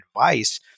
advice